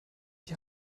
die